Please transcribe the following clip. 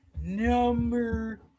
Number